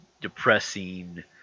depressing